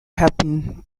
happen